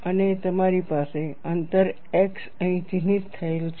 અને તમારી પાસે અંતર x અહી ચિહ્નિત થયેલ છે